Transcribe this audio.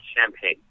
champagne